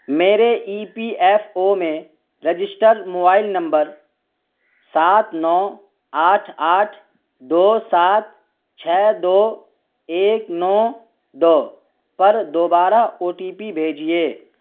میرے E P F O میں register mobile number سات نو آٹھ آٹھ دو سات چھ دو ایک نو دو پر دوبارہ او ٹی پی بھیجیے